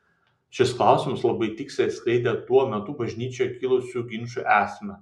šis klausimas labai tiksliai atskleidė tuo metu bažnyčioje kilusių ginčų esmę